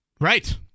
Right